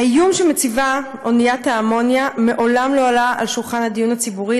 האיום שמציבה אוניית האמוניה מעולם לא עלה על שולחן הדיון הציבורי,